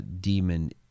demon